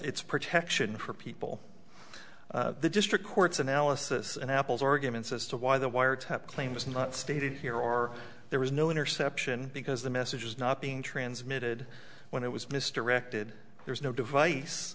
its protection for people in the district courts analysis and apple's arguments as to why the wiretap claim was not stated here or there was no interception because the message was not being transmitted when it was mr directed there is no device